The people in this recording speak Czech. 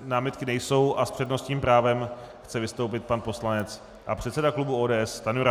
námitky nejsou, a s přednostním právem chce vystoupit pan poslanec a předseda klubu ODS Stanjura.